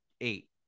eight